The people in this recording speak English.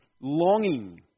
longing